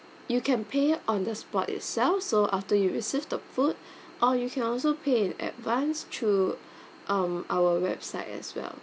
you can pay on the spot itself so after you received the food or you can also pay in advance through um our website as well